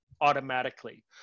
automatically